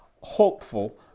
Hopeful